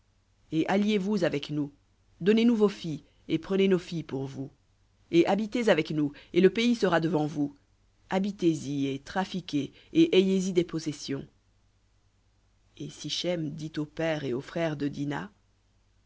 et alliez-vous avec nous donnez-nous vos filles et prenez nos filles pour vous et habitez avec nous et le pays sera devant vous habitez y et trafiquez et ayez y des possessions et sichem dit au père et aux frères de dina